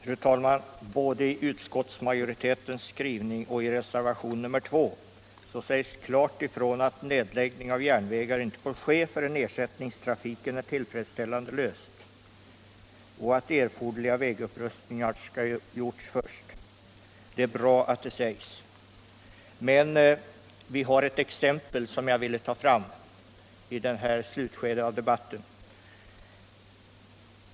Fru talman! Både i utskottsmajoritetens skrivning och i reservation nr 2 sägs klart ifrån att nedläggning av järnvägar inte får ske förrän frågan om ersättningstrafiken är tillfredsställande löst och att erforderliga vägupprustningar skall ha gjorts först. Det är bra att det sägs. Men vi har ett exempel som jag vill ta fram i slutskedet av denna debatt.